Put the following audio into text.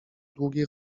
długiej